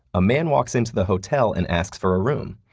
a man walks into the hotel and asks for a room.